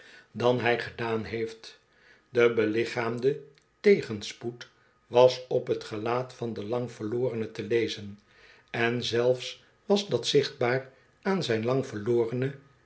dan hij gedaan heeft de belichaamde tegenspoed was op t gelaat van den lang verlorene te lezen en zelfs was dat zichtbaar aan zijn lang verlorene